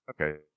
Okay